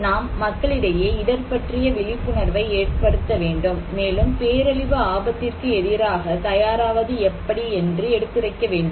நாம் மக்களிடையே இடர் பற்றிய விழிப்புணர்வை ஏற்படுத்த வேண்டும் மேலும் பேரழிவு ஆபத்திற்கு எதிராக தயாராவது எப்படி என்று எடுத்துரைக்க வேண்டும்